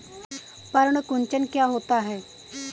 पर्ण कुंचन क्या होता है?